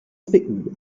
zwickmühle